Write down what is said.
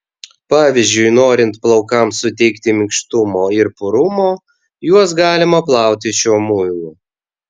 pavyzdžiui norint plaukams suteikti minkštumo ir purumo juos galima plauti šiuo muilu